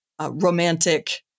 Romantic